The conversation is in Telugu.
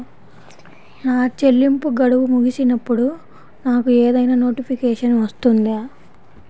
నా చెల్లింపు గడువు ముగిసినప్పుడు నాకు ఏదైనా నోటిఫికేషన్ వస్తుందా?